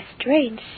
strange